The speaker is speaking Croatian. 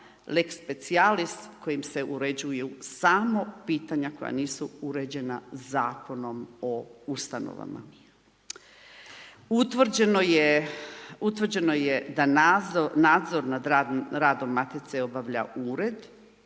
lex specijlis kojim se uređuju samo pitanja koja nisu uređena zakonom o ustanovama. Utvrđeno je da nadzor nad radom Matice obavlja ured,